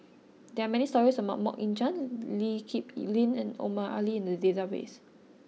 there are many stories about Mok Ying Jang Lee Kip Lin and Omar Ali in the database